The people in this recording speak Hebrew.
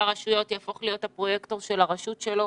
הרשויות יהפוך להיות הפרויקטור של הרשות שלו.